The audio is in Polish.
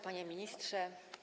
Panie Ministrze!